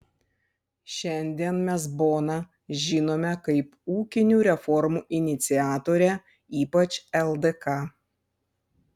šiandien mes boną žinome kaip ūkinių reformų iniciatorę ypač ldk